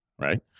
right